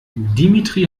dimitri